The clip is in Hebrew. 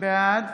בעד